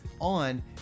on